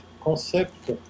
concept